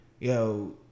Yo